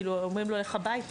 הם אומרים לו "לך הביתה".